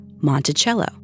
Monticello